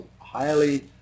highly